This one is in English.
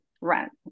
rent